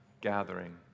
gathering